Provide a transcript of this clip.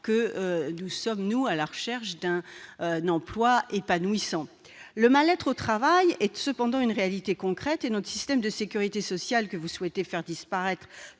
que nous sommes, pour notre part, à la recherche d'un emploi épanouissant. Le mal-être au travail est une réalité concrète et notre système de sécurité sociale, que vous souhaitez faire disparaître